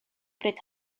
bryd